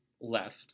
left